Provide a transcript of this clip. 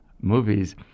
movies